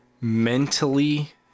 Mentally